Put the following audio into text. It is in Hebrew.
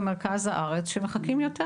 במרכז הארץ שמחכים יותר,